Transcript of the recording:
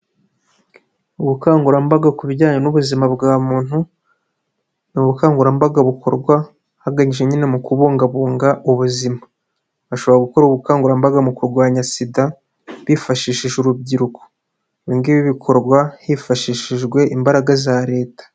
Ubukangurambaga ku bijyanye n'ubuzima bwa muntu ni ubukangurambaga bukorwa hagamijwe nyine mu kubungabunga ubuzima, bashobora gukora ubukangurambaga mu kurwanya sida bifashishije urubyiruko, ibi ngibi bikorwa hifashishijwe imbaraga za leta.